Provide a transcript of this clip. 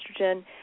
estrogen